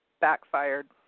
backfired